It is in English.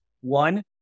One